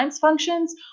functions